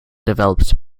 developed